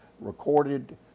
recorded